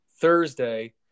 Thursday